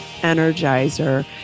energizer